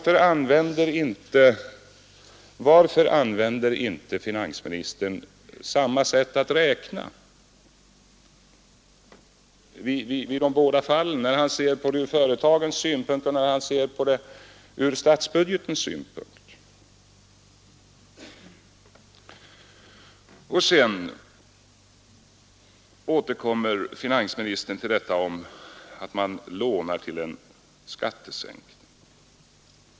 Får jag fråga: Varför använder inte finansministern samma sätt att räkna både när han betraktar frågan ur företagens synpunkt och när han betraktar den ur statsbudgetens synpunkt? Vidare återkommer finansministern till den tanken att man lånar till en skattesänkning.